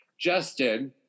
Justin